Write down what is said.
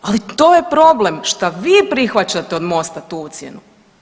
Ali to je problem što vi prihvaćate od MOST-a tu ucjenu.